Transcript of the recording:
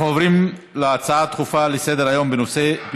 אנחנו עוברים להצעות דחופות לסדר-היום מס' 9217,